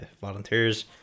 Volunteers